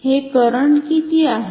हे करंट किती आहे